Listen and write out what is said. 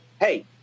hey